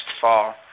fall